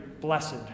blessed